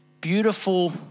beautiful